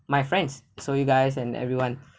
my friends so you guys and everyone